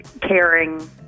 caring